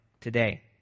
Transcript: today